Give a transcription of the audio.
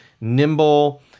nimble